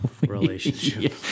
relationship